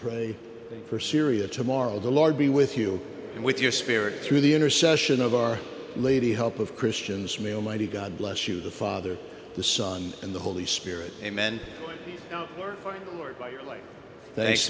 pray for syria tomorrow the lord be with you and with your spirit through the intercession of our lady help of christians may almighty god bless you the father the son and the holy spirit amen oh thank